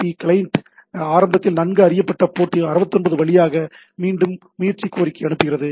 B client ஆரம்பத்தில் நன்கு அறியப்பட்ட போர்ட் 69 வழியாக மீண்டும் முயற்சி கோரிக்கையை அனுப்புகிறது